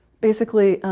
basically,